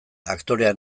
aktorea